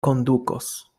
kondukos